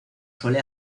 suele